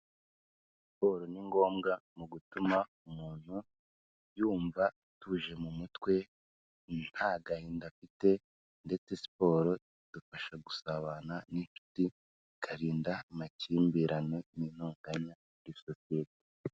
Siporo ni ngombwa mu gutuma umuntu yumva atuje mu mutwe nta gahinda afite ndetse siporo idufasha gusabana n'inshuti, ikarinda amakimbirane n'intonganya muri sosiyete.